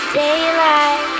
daylight